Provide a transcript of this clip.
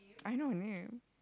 I know her name